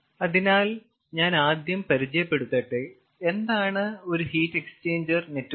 അതിനാൽ ഞാൻ ആദ്യം പരിചയപ്പെടുത്തട്ടെ എന്താണ് ഒരു ഹീറ്റ് എക്സ്ചേഞ്ചർ നെറ്റ്വർക്ക്